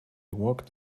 walked